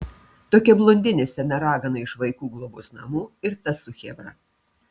tokia blondinė sena ragana iš vaikų globos namų ir tas su chebra